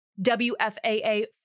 WFAA